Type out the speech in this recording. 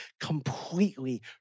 completely